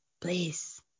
please